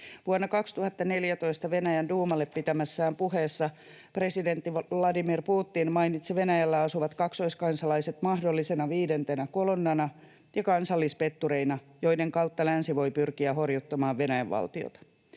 Vuonna 2014 Venäjän duumalle pitämässään puheessa presidentti Vladimir Putin mainitsi Venäjällä asuvat kaksoiskansalaiset mahdollisena viidentenä kolonnana ja kansallispettureina, joiden kautta länsi voi pyrkiä horjuttamaan Venäjän valtiota.